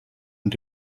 und